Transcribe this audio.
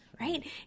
right